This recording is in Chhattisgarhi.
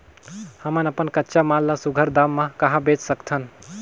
हमन अपन कच्चा माल ल सुघ्घर दाम म कहा बेच सकथन?